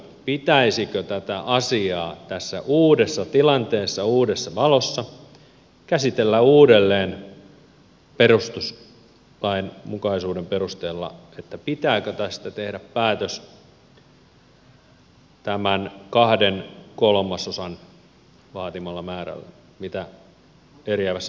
pitäisikö tätä asiaa tässä uudessa tilanteessa uudessa valossa käsitellä uudelleen perustuslainmukaisuuden perusteella pitääkö tästä tehdä päätös tämän kahden kolmasosan vaatimalla määrällä mitä eriävässä mielipiteessä lukee